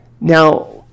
Now